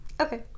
Okay